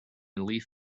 leaf